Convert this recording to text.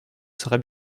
saurai